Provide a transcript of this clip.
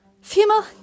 female